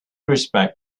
respect